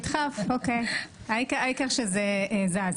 בסדר, העיקר שזה זז.